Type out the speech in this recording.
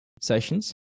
sessions